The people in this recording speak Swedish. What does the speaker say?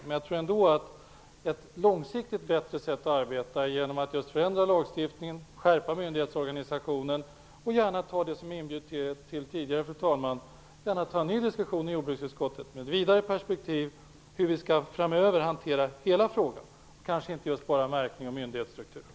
Men jag tror att ett långsiktigt bättre sätt att arbeta är att förändra lagstiftningen, skärpa myndighetsorganisationen och att ta en ny diskussion i jordbruksutskottet i ett vidare perspektiv om hur vi framöver skall hantera hela frågan, inte bara märkningen och myndighetsstrukturen.